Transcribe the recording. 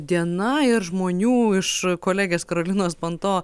diena ir žmonių iš kolegės karolinos panto